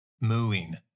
mooing